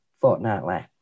fortnightly